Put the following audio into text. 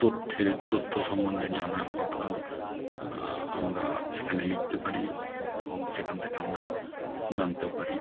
তথ্যের তথ্য সম্বন্ধে জানার কথা আমরা সেখানে লিখতে পারি এবং সেখান থেকে আমরা জানতেও পারি